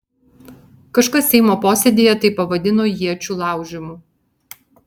kažkas seimo posėdyje tai pavadino iečių laužymu